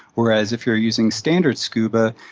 whereas, if you're using standard scuba,